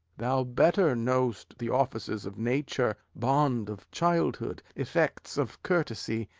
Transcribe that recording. thou better know'st the offices of nature, bond of childhood, effects of courtesy,